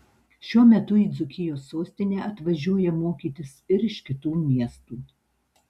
šiuo metu į dzūkijos sostinę atvažiuoja mokytis ir iš kitų miestų